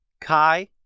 Kai